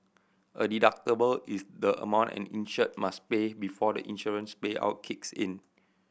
a deductible is the amount an insured must pay before the insurance payout kicks in